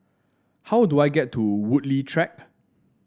how do I get to Woodleigh Track